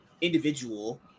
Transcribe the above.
individual